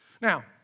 Now